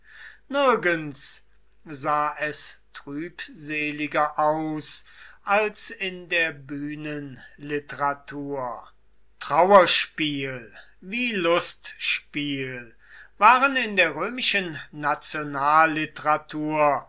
nirgends sah es trübseliger aus als in der bühnenliteratur trauerspiel wie lustspiel waren in der römischen